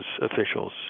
officials